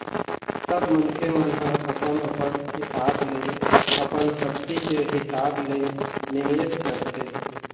सब मनखे मन ह अपन अपन हिसाब ले अपन सक्ति के हिसाब ले निवेश करथे